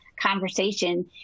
conversation